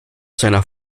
seiner